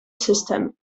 system